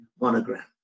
monogram